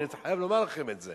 אני הייתי חייב לומר לכם את זה